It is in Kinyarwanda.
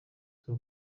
z’u